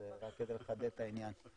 רק כדי לחדד את העניין.